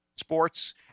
sports